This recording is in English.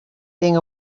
being